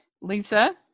Lisa